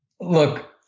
Look